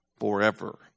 forever